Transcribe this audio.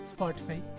Spotify